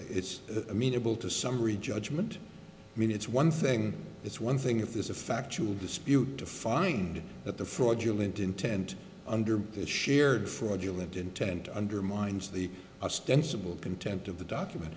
it's amenable to summary judgment i mean it's one thing it's one thing if there's a factual dispute to find that the fraudulent intent under that shared fraudulent intent undermines the stance of the content of the doc